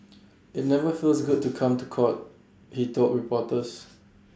IT never feels good to come to court he told reporters